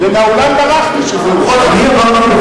ומהאולם ברחתי כשזה, בממשלה.